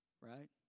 right